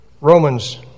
Romans